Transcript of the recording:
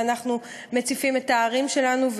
והם מציפים את הערים שלנו,